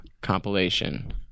compilation